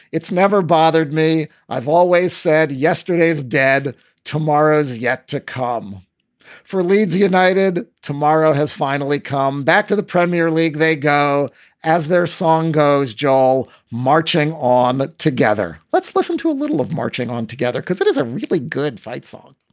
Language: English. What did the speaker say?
it's never bothered me. i've always said yesterday's yesterday's dad tomorrow's yet to come for leeds united. tomorrow has finally come back to the premier league. they go as their song goes, jol marching on together. let's listen to a little of marching on together because it is a really good fight song